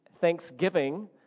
thanksgiving